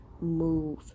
move